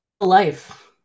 life